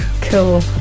Cool